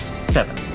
Seven